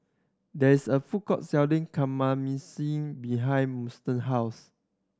there is a food court selling Kamameshi behind Huston house